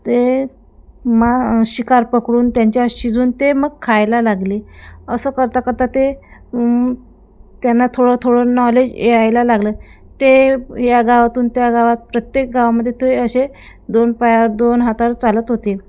ते मा शिकार पकडून त्यांच्या शिजवून ते मग खायला लागले असं करता करता ते त्यांना थोडं थोडं नॉलेज यायला लागलं ते या गावातून त्या गावात प्रत्येक गावामध्ये ते असे दोन पायावर दोन हातावर चालत होते